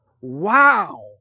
Wow